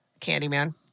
Candyman